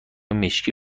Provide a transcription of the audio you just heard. مشکی